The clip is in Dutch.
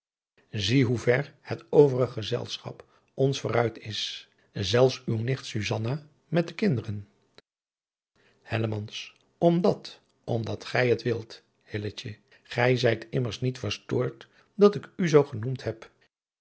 buisman gezelschap ons vooruit is zelfs uw nicht susanna met de kinderen hellemans omdat omdat gij het wilt hilletje gij zijt immers niet verstoord dat ik u zoo genoemd heb